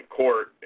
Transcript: court